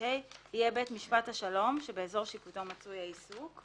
ו-25ה יהיה בית משפט השלום שבאזור שיפוטו מצוי העיסוק".